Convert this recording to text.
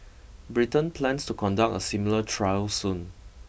Britain plans to conduct a similar trial soon